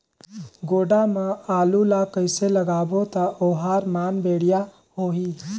गोडा मा आलू ला कइसे लगाबो ता ओहार मान बेडिया होही?